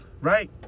Right